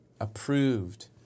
approved